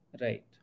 Right